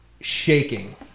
shaking